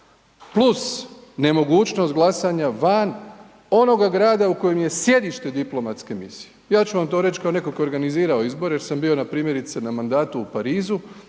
Plus nemogućnost glasanja van onoga grada u kojem je sjedište diplomatske misije. Ja ću vam to reći kao netko tko je organizirao izbore jer sam bio na primjerice na mandatu u Parizu,